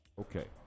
Okay